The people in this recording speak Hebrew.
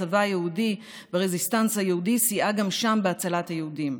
הצבא היהודי והרזיסטנס היהודי סייעה גם שם בהצלת היהודים.